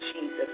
Jesus